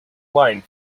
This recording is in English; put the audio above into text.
wine